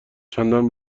چندان